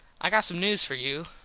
i got some news for you.